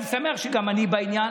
אני שמח שגם אני בעניין,